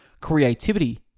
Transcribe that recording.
creativity